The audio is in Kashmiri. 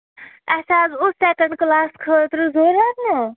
اَسہِ حظ اوس سٮ۪کنٛڈ کٕلاس خٲطرٕ ضوٚرَتھ نا